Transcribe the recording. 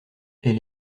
elle